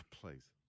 Please